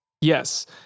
Yes